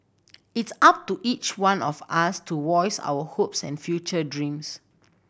it's up to each one of us to voice our hopes and future dreams